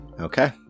Okay